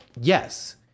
Yes